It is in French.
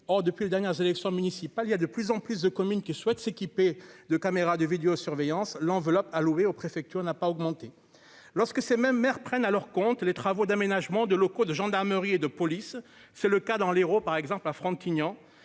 depuis le dernières élections municipales, il y a de plus en plus de communes qui souhaitent s'équiper de caméras de vidéosurveillance l'enveloppe allouée aux préfectures n'a pas augmenté lorsque ces mêmes maires prennent à leur compte les travaux d'aménagement de locaux de gendarmerie et de police, c'est le cas dans l'Hérault par exemple à Frontignan